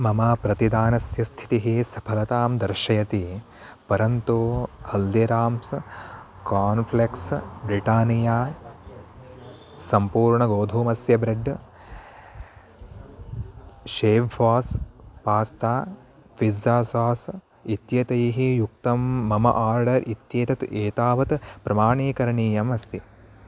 मम प्रतिदानस्य स्थितिः सफलतां दर्शयति परन्तु हल्दिराम्स् कान्फ्लेक्स् ब्रिटानिया सम्पूर्णगोधूमस्य ब्रेड् शेव् पास् पास्ता पिज़्ज़ा सास् इत्येतैः युक्तं मम आर्डर् इत्येतत् एतावत् प्रमाणीकरणीयमस्ति